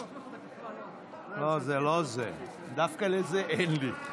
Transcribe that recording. עוול שנמשך כבר שנים, למעשה יותר מדי שנים.